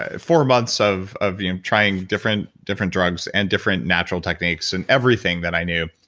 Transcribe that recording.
ah four months of of you know trying different different drugs and different natural techniques, and everything that i knew,